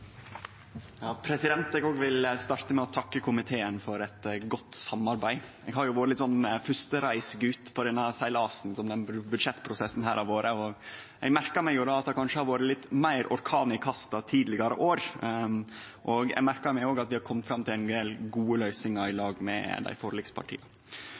Eg òg vil starte med å takke komiteen for eit godt samarbeid. Eg har jo vore ein førstereisgut på den seglasen som denne budsjettprosessen har vore. Eg har merka meg at det kanskje har vore litt meir orkan i kasta tidlegare år, og at vi har kome fram til gode løysingar med forlikspartia. Sjølvsagt kunne eg som ein